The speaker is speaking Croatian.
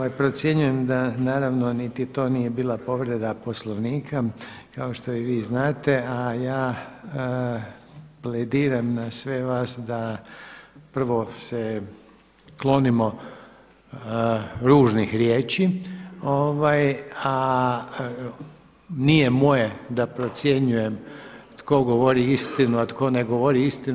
Kolega Maras procjenjujem da naravno niti to nije bila povreda Poslovnika kao što i vi znate, a ja plediram na sve vas da prvo se klonimo ružnih riječi, a nije moje da procjenjujem tko govori istinu, a tko ne govori istinu.